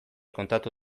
kontatu